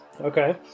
Okay